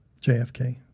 JFK